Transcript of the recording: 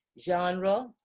genre